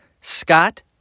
Scott